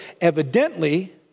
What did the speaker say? evidently